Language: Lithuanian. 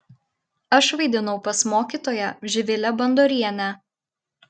aš vaidinau pas mokytoją živilę bandorienę